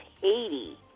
Haiti